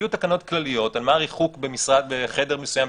יהיו תקנות כלליות על מה הריחוק במשרד בחדר מסוים,